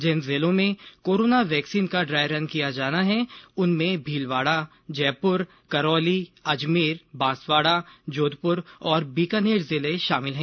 जिन जिलों में corona vaccine का ड्राई रन किया जाना है उनमें भीलवाड़ा जयपुर करौली अजमेर बांसवाड़ा जोधपुर और बीकानेर जिले शामिल हैं